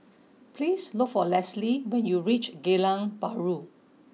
please look for Lesley when you reach Geylang Bahru